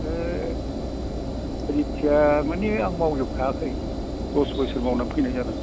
रिथियार माने आं मावजोब खायाखै दस बोसोर मावना फैनाय जादों